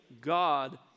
God